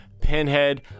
Pinhead